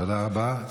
תודה רבה.